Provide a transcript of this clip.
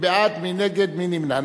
מי בעד, מי נגד, מי נמנע.